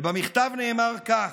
ובמכתב נאמר כך,